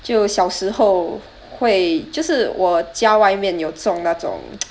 就小时候会就是我家外面有种那种